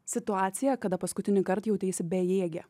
situacija kada paskutinįkart jauteisi bejėgė